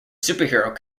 superhero